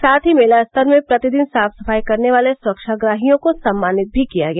साथ ही मेला स्थल में प्रतिदिन साफ सफाई करने वाले स्वच्छाग्रहियों को सम्मानित भी किया गया